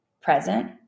present